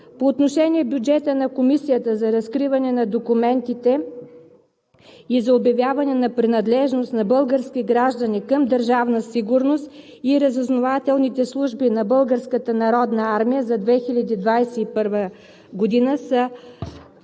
По отношение бюджета на Комисията за разкриване на документите и за обявяване на принадлежност на български граждани към Държавна сигурност и разузнавателните служби на Българската